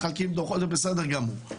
מחלקים דוחות זה בסדר גמור.